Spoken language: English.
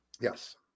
Yes